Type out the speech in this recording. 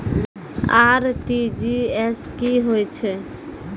RTGS की होय छै?